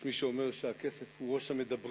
יש מי שאומר שהכסף הוא ראש המדברים.